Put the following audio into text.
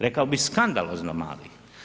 Rekao bi skandalozno mali.